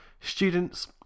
students